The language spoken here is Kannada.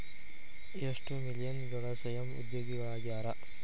ಎಷ್ಟ ಮಿಲೇನಿಯಲ್ಗಳ ಸ್ವಯಂ ಉದ್ಯೋಗಿಗಳಾಗ್ಯಾರ